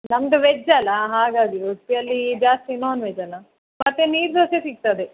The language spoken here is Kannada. ನಮ್ದು ವೆಜ್ಜಲ ಹಾಗಾಗಿ ಉಡುಪಿಯಲ್ಲೀ ಜಾಸ್ತಿ ನಾನ್ ವೆಜ್ಜಲ ಮತ್ತು ನೀರು ದೋಸೆ ಸಿಕ್ತದೆ